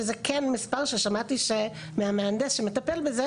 שזה מספר ששמעתי מהמהנדס שמטפל בזה,